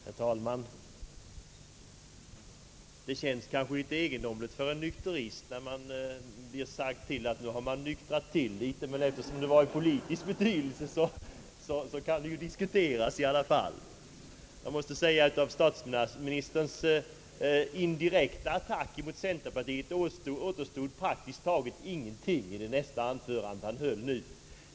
Herr talman! Det känns kanske litet egendomligt för en nykterist att få höra att man har nyktrat till, men det sägs ju här i politisk betydelse, och då kan det ju diskuteras i varje fall. Jag måste säga att av statsministerns indirekta attack mot centerpartiet återstod praktiskt taget ingenting i det anförande han senast höll.